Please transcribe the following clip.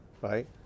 right